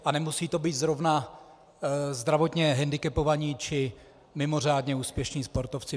A nemusí to být zrovna zdravotně hendikepovaní či mimořádně úspěšní sportovci.